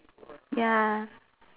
ya